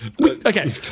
Okay